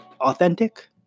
authentic